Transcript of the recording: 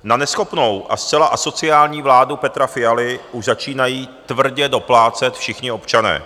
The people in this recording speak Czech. Na neschopnou a zcela asociální vládu Petra Fialy už začínají tvrdě doplácet všichni občané.